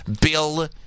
Bill